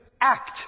act